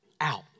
out